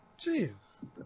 Jeez